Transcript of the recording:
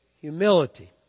humility